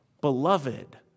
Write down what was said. beloved